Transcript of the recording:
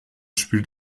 spielt